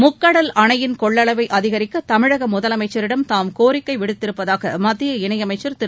முக்கடல் கொள்ளளவைஅதிகரிக்கதமிழகமுதலமைச்சரிடம் அணயின் தாம் கோரிக்கைவிடுத்திருப்பதாகமத்திய இணையமைச்சர் திரு